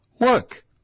work